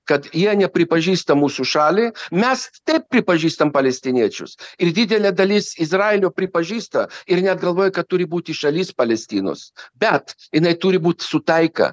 kad jie nepripažįsta mūsų šalį mes taip pripažįstam palestiniečius ir didelė dalis izraelio pripažįsta ir net galvoja kad turi būti šalis palestinos bet jinai turi būt su taika